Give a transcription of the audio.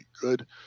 good